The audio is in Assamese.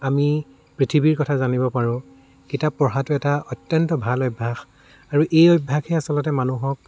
আমি পৃথিৱীৰ কথা জানিব পাৰোঁ কিতাপ পঢ়াটো এটা অত্যন্ত ভাল অভ্যাস আৰু এই অভ্যাসে আচলতে মানুহক